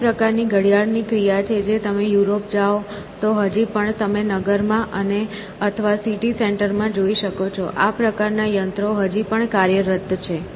આ તે પ્રકારની ઘડિયાળની ક્રિયા છે જે તમે યુરોપ જાઓ તો હજી પણ તમે નગરમાં અથવા સિટી સેન્ટર માં જોઈ શકો છો આ પ્રકારના યંત્રો હજી પણ કાર્યરત છે